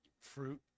fruit